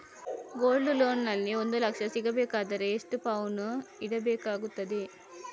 Gold loan ನಲ್ಲಿ ಒಂದು ಲಕ್ಷ ಸಿಗಬೇಕಾದರೆ ಎಷ್ಟು ಪೌನು ಇಡಬೇಕಾಗುತ್ತದೆ?